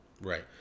Right